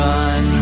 Run